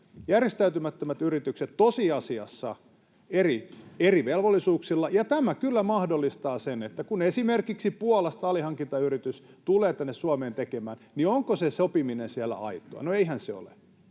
järjestäytymättömät yritykset tosiasiassa eri velvollisuuksilla, ja tämä kyllä mahdollistaa sen, että kun esimerkiksi Puolasta alihankintayritys tulee tänne Suomeen tekemään, niin onko se sopiminen siellä aitoa — no, eihän se ole.